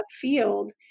field